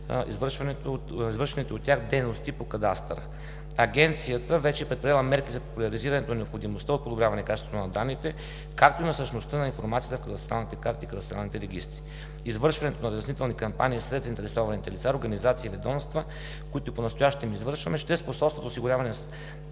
извършените от тях дейности по кадастъра. Агенцията вече е предприела мерки за популяризиране на необходимостта от подобряване на качеството на данните, както и на същността на информацията на кадастралните карти и кадастралните регистри. Извършването на разяснителни кампании сред заинтересованите лица, организации и ведомства, които понастоящем извършваме, ще способства за осигуряване на